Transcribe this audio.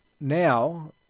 now